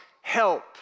help